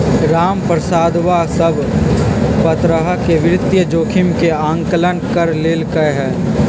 रामप्रसादवा सब प्तरह के वित्तीय जोखिम के आंकलन कर लेल कई है